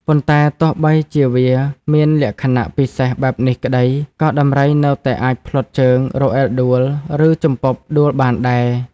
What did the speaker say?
ប៉ុន្តែទោះបីជាវាមានលក្ខណៈពិសេសបែបនេះក្ដី ក៏ដំរីនៅតែអាចភ្លាត់ជើង រអិលដួល ឬជំពប់ដួលបានដែរ។